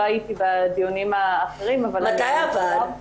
לא הייתי בדיונים האחרים -- מתי עבר?